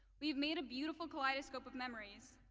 we have made a beautiful kaleidoscope of memories,